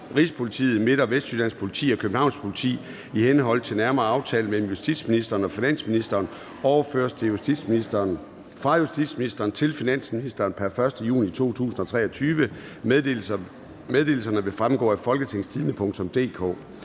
Rigspolitiet, Midt- og Vestjyllands Politi og Københavns Politi, i henhold til nærmere aftale mellem justitsministeren og finansministeren overføres fra justitsministeren til finansministeren pr. 1. juni 2023. [»Folketingets